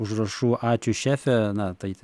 užrašų ačiū šefe na tai